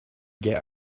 get